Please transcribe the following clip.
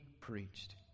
preached